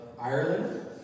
Ireland